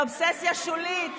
היא אובססיה שולית,